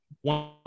one